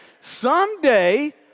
Someday